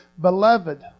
Beloved